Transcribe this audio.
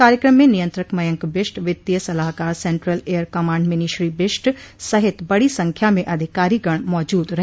कार्यक्रम में नियंत्रक मयंक बिष्ट वित्तीय सलाहकार central air command Minishree Bisht सहित बड़ी संख्या में अधिकारीगण मौजूद रहे